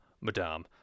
madame